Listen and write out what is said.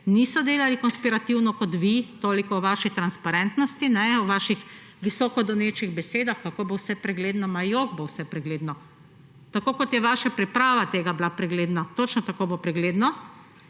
Niso delali konspirativno kot vi. Toliko o vaši transparentnosti, o vaših visoko donečih besedah, kako bo vse pregledno. Ma, jok bo vse pregledno. Tako kot je bila pregledna vaša priprava tega, točno tako bo pregledno.